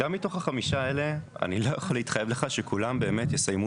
גם מתוך החמישה האלה אני לא יכולה להתחייב לך שכולם באמת יסיימו